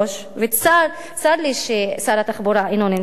וצר לי ששר התחבורה אינו נמצא כאן,